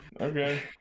okay